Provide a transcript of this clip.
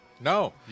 No